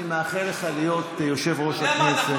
אני מאחל לך להיות יושב-ראש הכנסת.